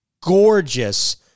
gorgeous